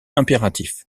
impératif